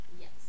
Yes